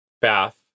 bath